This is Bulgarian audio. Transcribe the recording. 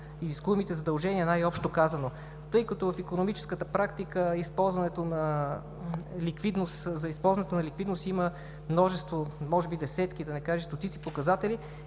изискуемите задължения, най-общо казано. Тъй като в икономическата практика за използването на ликвидност има множество, може би десетки, да не кажа стотици показатели,